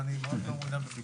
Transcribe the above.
ואני מאוד לא מעוניין בביקורת.